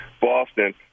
Boston